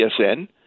TSN